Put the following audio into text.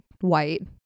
white